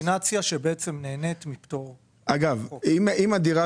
עסקת קומבינציה שנהנית מפטור --- אם הדירה